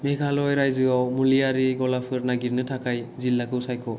मेघालय रायजोआव मुलिआरि गलाफोर नागिरनो थाखाय जिल्लाखौ सायख'